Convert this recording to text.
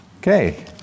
Okay